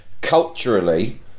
Culturally